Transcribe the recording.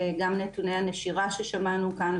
גם נתוני הנשירה ששמענו כאן,